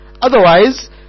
Otherwise